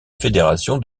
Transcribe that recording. fédération